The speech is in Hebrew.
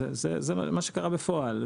זה מה שקרה בפועל,